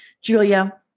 Julia